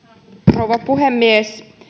rouva puhemies